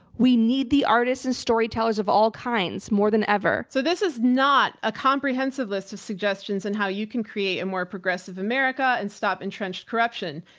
we need the artists and storytellers of all kinds more than ever. so this is not a comprehensive list of suggestions of and how you can create a more progressive america and stop entrenched corruption.